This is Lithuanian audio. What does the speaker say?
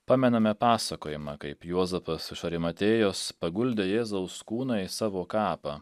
pamename pasakojimą kaip juozapas iš orimatėjos paguldė jėzaus kūną į savo kapą